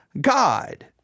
God